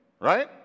right